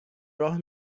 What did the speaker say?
راه